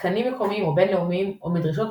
מתקנים מקומיים או בין-לאומיים או מדרישות